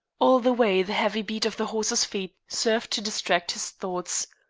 all the way the heavy beat of the horse's feet served to distract his thoughts.